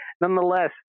Nonetheless